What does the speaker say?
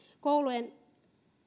koulujen